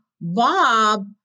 Bob